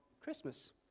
Christmas